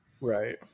right